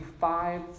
five